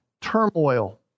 turmoil